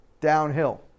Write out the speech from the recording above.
Downhill